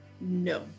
No